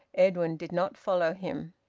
edwin did not follow him.